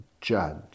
judge